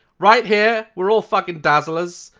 right here, we're all fucking dazzlers.